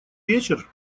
вечер